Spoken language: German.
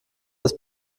das